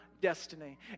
destiny